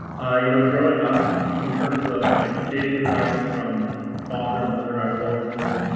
you know, growing up in terms of like dating advice from father mother, i was always told,